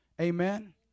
Amen